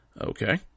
Okay